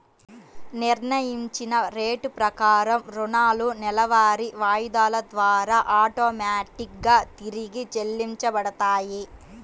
నిర్ణయించిన రేటు ప్రకారం రుణాలు నెలవారీ వాయిదాల ద్వారా ఆటోమేటిక్ గా తిరిగి చెల్లించబడతాయి